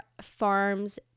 farms